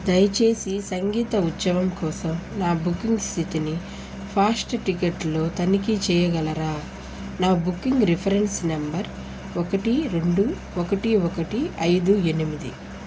దయచేసి సంగీత ఉత్సవం కోసం నా బుకింగ్ స్థితిని ఫాస్ట్టికెట్లో తనిఖీ చెయ్యగలరా నా బుకింగ్ రిఫరెన్స్ నంబర్ ఒకటి రెండు ఒకటి ఒకటి ఐదు ఎనిమిది